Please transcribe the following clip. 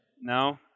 No